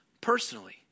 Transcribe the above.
Personally